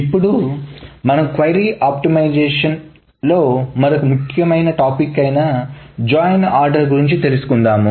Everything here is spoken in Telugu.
ఇప్పుడు మనం క్వారీ ఆప్టిమైజేషన్ లో మరొక ముఖ్యమైన టాపిక్ అయిన జాయిన్ ఆర్డర్ గురించి తెలుసుకుందాం